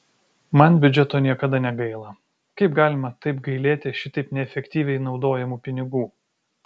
man biudžeto niekada negaila kaip galima taip gailėti šitaip neefektyviai naudojamų pinigų